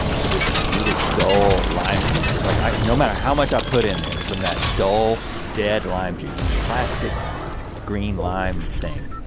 with this really dull lime juice is like no matter how much i put in there from that dull dead lime juice, plastic green lime thing.